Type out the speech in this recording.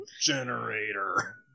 generator